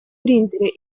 принтере